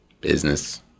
business